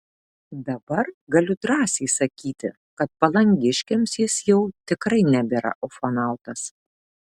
dabar galiu drąsiai sakyti kad palangiškiams jis jau tikrai nebėra ufonautas